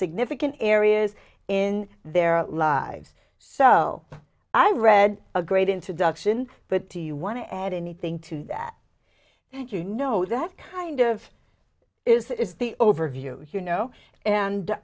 significant areas in their lives so i read a great introduction but do you want to add anything to that and you know that kind of is the overview you know